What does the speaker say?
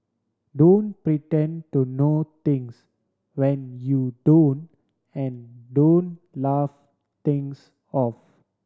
don't pretend to know things when you don't and don't laugh things off